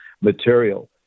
material